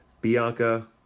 Bianca